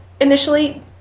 initially